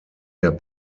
der